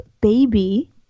baby